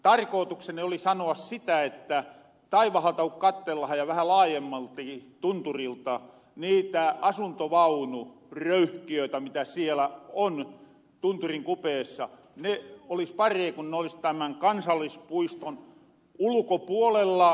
tarkootukseni oli sanoa sitä että taivahalta ku kattellahan ja vähän laajemmaltikin tunturilta niitä asuntovaunuröykkiöitä mitä siellä tunturin kupeessa on ne olis paree kun ne olis tämän kansallispuiston ulkopuolella